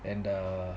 and uh